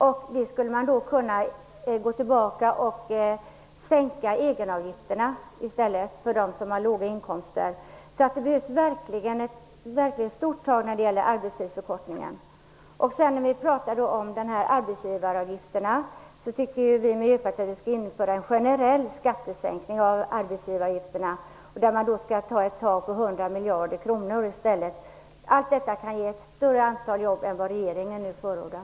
Man skulle i stället kunna sänka egenavgifterna för dem som har låga inkomster. Det behövs alltså verkligen rejäla tag när det gäller arbetstidsförkortningen. Vi i Miljöpartiet tycker att en generell sänkning av arbetsgivaravgifterna skall genomföras. Där handlar det om 100 miljarder. Allt detta kan ge ett större antal jobb än det ger som regeringen nu förordar.